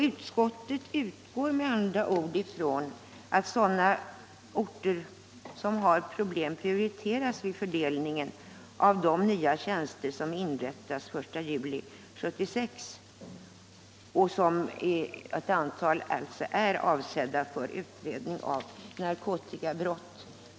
Utskottet utgår med andra ord från att orter som har problem prioriteras vid fördelningen av de nya tjänster som inrättas den 1 juli 1976 och av vilka ett antal avses för utredning av narkotikabrott.